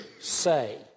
say